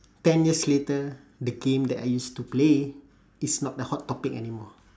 ten years later the game that I used to play is not the hot topic anymore